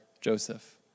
Joseph